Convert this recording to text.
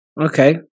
Okay